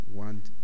want